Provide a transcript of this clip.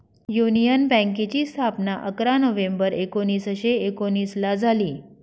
union बँकेची स्थापना अकरा नोव्हेंबर एकोणीसशे एकोनिसला झाली